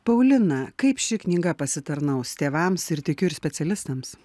paulina kaip ši knyga pasitarnaus tėvams ir tikiu ir specialistams